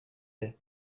هست